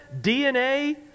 DNA